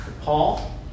Paul